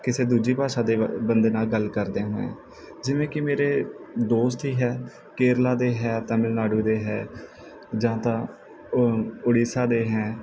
ਕਿਸੇ ਦੂਜੀ ਭਾਸ਼ਾ ਦੇ ਬ ਬੰਦੇ ਨਾਲ ਗੱਲ ਕਰਦਿਆਂ ਹੋਇਆ ਜਿਵੇਂ ਕਿ ਮੇਰੇ ਦੋਸਤ ਹੀ ਹੈ ਕੇਰਲਾ ਦੇ ਹੈ ਤਮਿਲਨਾਡੂ ਦੇ ਹੈ ਜਾਂ ਤਾਂ ਓ ਉੜੀਸਾ ਦੇ ਹੈ